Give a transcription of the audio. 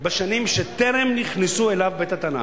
בשנים שטרם נכנס אליו בית-התנ"ך.